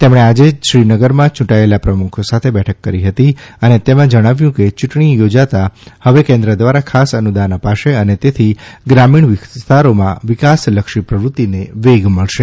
તેમણે આજે શ્રીનગરમાં ચૂંટાયેલા પ્રમુખો સાથે બેઠક કરી હતી અને તેમાં જણાવ્યું કે યૂંટણી યોજાતાં હવે કેન્દ્ર દ્વારા ખાસ અનુદાન અપાશે અને તેથી ગ્રામીણ વિસ્તારોમાં વિકાસલક્ષી પ્રવૃત્તિને વેગ મળશે